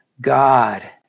God